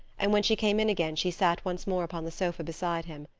and when she came in again she sat once more upon the sofa beside him.